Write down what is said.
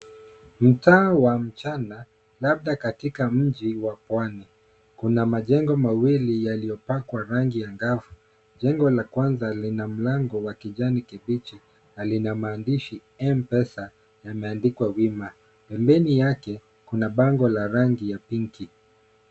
Mtaa wa mchana labda katika mji wa Pwani . Kuna majengo mawili yaliopakwa rangi angavu . Jengo la kwanza lina mlango wa kijani kibichi na lina maandishi M-Pesa yameandikwa wima, pembeni yake kuna bango la rangi la pinki.